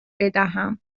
بدهم